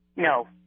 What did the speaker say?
No